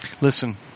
Listen